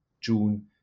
june